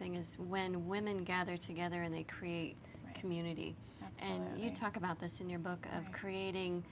thing is when women gather together and they create a community and you talk about this in your book of creating